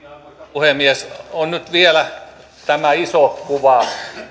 puhemies on nyt vielä tämä iso kuva